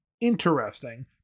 interesting